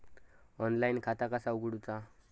Online खाता कसा उगडूचा?